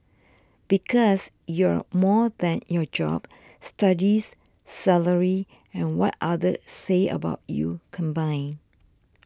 because you're more than your job studies salary and what others say about you combined